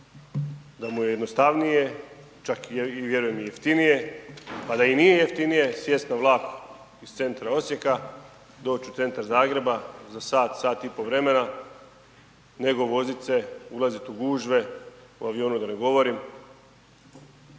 da mu je jednostavnije, čak vjerujem i jeftinije, pa da i nije jeftinije sjest na vlak iz centra Osijeka, doći u centar Zagreba za sat, sat i po vremena nego vozit se, ulazit u gužve o avionu da ne govorim